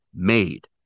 made